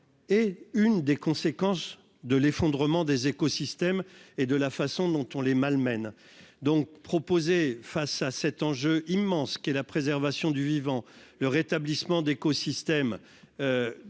est une des conséquences de l'effondrement des écosystèmes et de la façon dont on les malmène donc proposer face à cet enjeu immense qu'est la préservation du vivant, le rétablissement d'écosystème